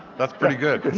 that's pretty good.